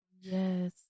Yes